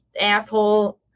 asshole